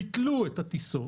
ביטלו את הטיסות?